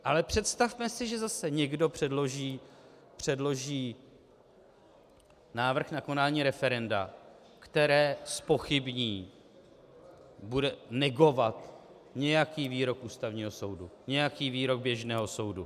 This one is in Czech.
Ale představme si, že zase někdo předloží návrh na konání referenda, které zpochybní, bude negovat nějaký výrok Ústavního soudu, nějaký výrok běžného soudu.